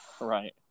Right